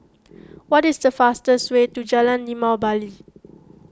what is the fastest way to Jalan Limau Bali